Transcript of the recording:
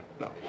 No